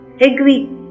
agree